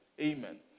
Amen